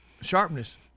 sharpness